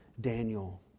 Daniel